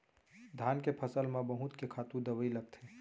धान के फसल म बहुत के खातू दवई लगथे